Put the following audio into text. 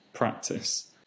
practice